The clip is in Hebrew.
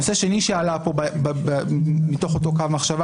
הנושא השני שעלה פה מתוך אותו קו מחשבה